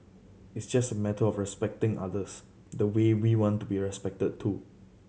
it's just a matter of respecting others the way we want to be respected too